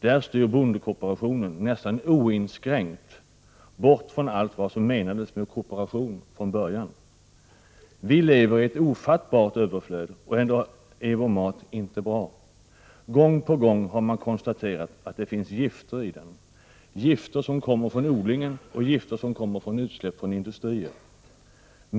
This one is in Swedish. Där styr bondekooperationen nästan oinskränkt, långt från allt vad som menades med kooperation från början. Vilever i ett ofattbart överflöd, och ändå är vår mat inte bra. Gång på gång har man konstaterat att det finns gifter i den, gifter som kommer från odlingen och gifter som kommer från utsläpp från industrier.